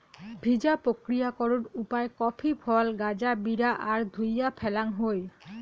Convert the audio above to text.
ভিজা প্রক্রিয়াকরণ উপায় কফি ফল গাঁজা বিরা আর ধুইয়া ফ্যালাং হই